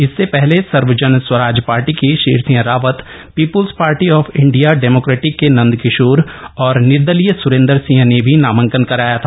इससे पहले सर्वजन स्वराज पार्टी के Sher Singh Rawat people's party of India democratic के नन्दकिशोर और निर्दलीय स्रेंद्र सिंह ने भी नामांकन कराया था